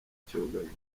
icyogajuru